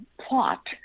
plot